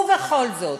ובכל זאת,